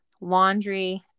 laundry